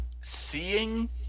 seeing